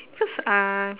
because uh